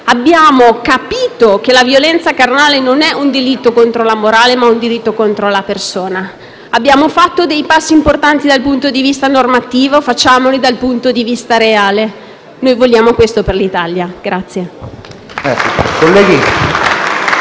abbiamo capito che la violenza carnale non è un delitto contro la morale, ma un delitto contro la persona. Abbiamo fatto dei passi importanti dal punto di vista normativo: facciamoli anche dal punto di vista reale. Noi vogliamo questo per l'Italia.